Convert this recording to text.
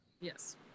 Yes